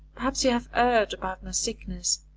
perhaps you have erred about my sickness.